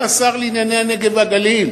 אתה השר לענייני הנגב והגליל,